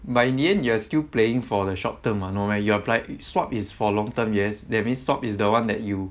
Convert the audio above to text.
but in the end you are still playing for the short term [what] no meh you appli~ swap is for long term yes that means swap is the one that you